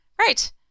Right